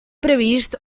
previst